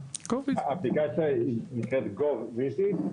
עכשיו מישהו יקדים אותך בתביעה ייצוגית.